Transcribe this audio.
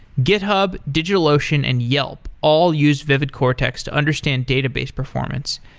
github, digitalocean, and yelp all use vividcortex to understand database performance.